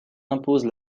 impose